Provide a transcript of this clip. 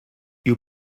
you